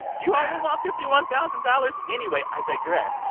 you only want fifty one thousand dollars? anyway, i digress.